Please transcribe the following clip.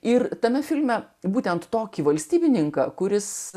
ir tame filme būtent tokį valstybininką kuris